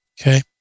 okay